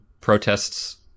protests